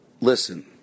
Listen